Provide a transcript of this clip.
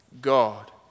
God